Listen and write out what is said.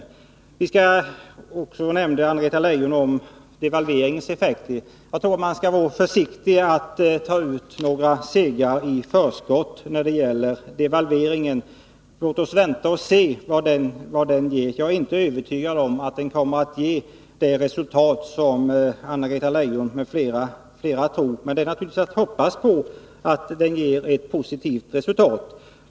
Anna-Greta Leijon nämnde också devalveringens effekter. Jag tror att man skall vara försiktig med att ta ut några segrar i förskott när det gäller devalveringen. Låt oss vänta och se vad den ger. Jag är inte övertygad om att den kommer att ge det resultat som Anna-Greta Leijon m.fl. tror. Men det är naturligtvis att hoppas att den skall ge ett positivt resultat.